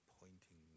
pointing